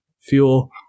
fuel